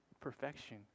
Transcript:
perfection